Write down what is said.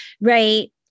right